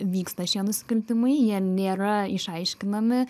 vyksta šie nusikaltimai jie nėra išaiškinami